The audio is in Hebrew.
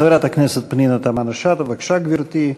חברת הכנסת פנינה תמנו-שטה, בבקשה, גברתי.